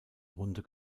runde